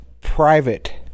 private